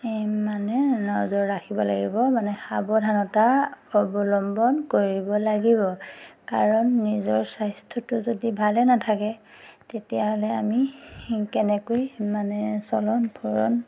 মানে নজৰ ৰাখিব লাগিব মানে সাৱধানতা অৱলম্বন কৰিব লাগিব কাৰণ নিজৰ স্বাস্থ্যটো যদি ভালে নাথাকে তেতিয়াহ'লে আমি কেনেকৈ মানে চলন ফুৰণ